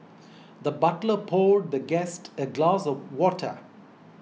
the butler poured the guest a glass of water